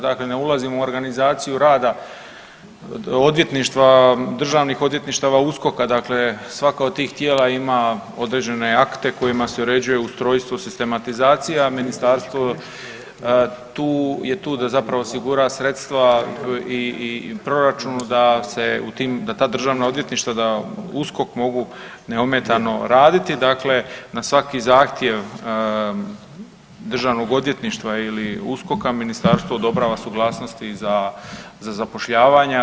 Dakle ne ulazimo u organizaciju rada odvjetništva, državnih odvjetništava, USKOK-a, dakle svaka od tih tijela ima određene akte kojima se uređuje ustrojstvo, sistematizacija, Ministarstvo tu, je tu da zapravo osigura sredstva i u proračunu da se u tim, da ta državna odvjetništva, da USKOK mogu neometano raditi, dakle na svaki zahtjev DORH-a ili USKOK-a Ministarstvo odobrava suglasnosti za zapošljavanja.